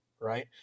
right